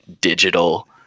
digital